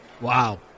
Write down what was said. Wow